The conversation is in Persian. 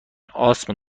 آسم